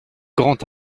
grand